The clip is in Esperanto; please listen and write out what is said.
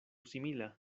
simila